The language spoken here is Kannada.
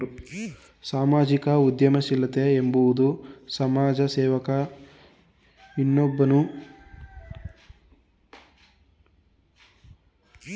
ಸಾಮಾಜಿಕ ಉದ್ಯಮಶೀಲತೆ ಎಂಬುವುದು ಸಮಾಜ ಸೇವಕ ನೊಬ್ಬನು ಕೈಗೊಳ್ಳುವ ಕೆಲಸವನ್ನ ಸಾಮಾಜಿಕ ಉದ್ಯಮಶೀಲತೆ ಎನ್ನುವರು